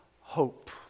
hope